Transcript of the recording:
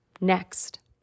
Next